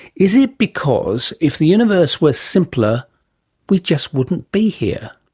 is it because if the universe were simpler we just wouldn't be here?